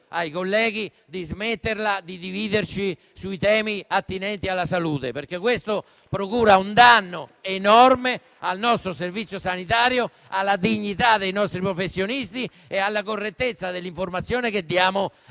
ai colleghi di smetterla di dividerci sui temi attinenti alla salute, perché questo procura un danno enorme al nostro Servizio sanitario, alla dignità dei nostri professionisti e alla correttezza dell'informazione che diamo